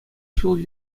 ҫул